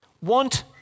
want